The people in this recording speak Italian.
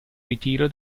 ritiro